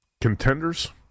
contenders